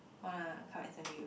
wanna come interview